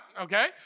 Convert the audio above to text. okay